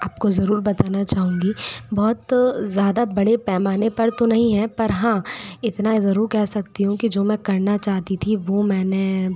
आपको ज़रूर बताना चाहूँगी बहुत ज़्यादा बड़े पैमाने पर तो नहीं हैं पर हाँ इतना ज़रूर कह सकती हूँ कि जो मैं करना चाहती थी वो मैंने